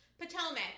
Potomac